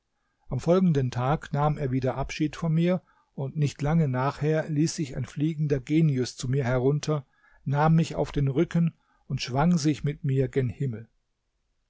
am folgenden tag nahm er wieder abschied von mir und nicht lange nachher ließ sich ein fliegender genius zu mir herunter nahm mich auf den rücken und schwang sich mit mir gen himmel